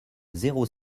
zéro